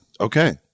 Okay